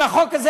אם החוק הזה,